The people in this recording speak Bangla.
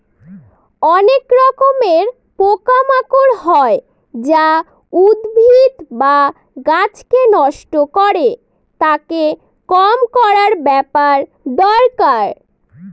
অনেক রকমের পোকা মাকড় হয় যা উদ্ভিদ বা গাছকে নষ্ট করে, তাকে কম করার ব্যাপার দরকার